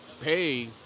pay